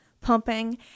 pumping